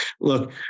look